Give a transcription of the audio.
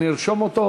אני ארשום אותו.